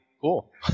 cool